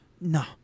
No